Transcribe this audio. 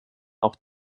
auch